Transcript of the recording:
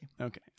Okay